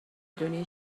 دونی